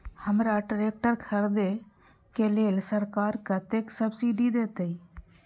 हमरा ट्रैक्टर खरदे के लेल सरकार कतेक सब्सीडी देते?